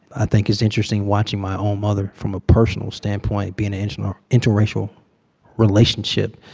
i think it's interesting watching my own mother, from a personal standpoint, be in an and and um interracial relationship.